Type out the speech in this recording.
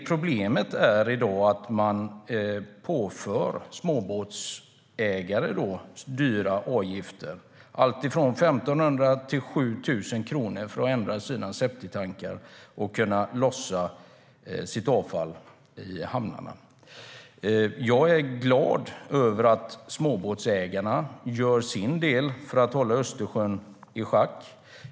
Problemet i dag är att man påför småbåtsägare dyra avgifter, alltifrån 1 500 till 7 000 kronor, för att de ska ändra sina septiktankar och kunna lossa sitt avfall i hamnarna. Jag är glad över att småbåtsägarna gör sin del för att hålla Östersjön i schack.